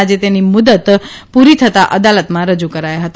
આજે તેમની મ્રદત પૂરી થતાં અદાલતમાં રજૂ કરાયા હતા